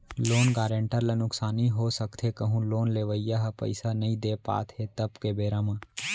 loan guarantor ल नुकसानी हो सकथे कहूँ लोन लेवइया ह पइसा नइ दे पात हे तब के बेरा म